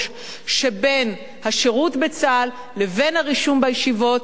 שבין השירות בצה"ל לבין הרישום בישיבות,